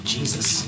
Jesus